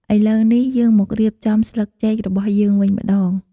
ឥឡូវនេះ យើងមករៀបចំស្លឹកចេករបស់យើងវិញម្ដង។